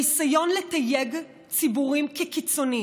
הניסיון לתייג ציבורים כקיצוניים,